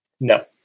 No